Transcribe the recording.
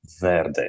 Verde